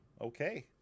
okay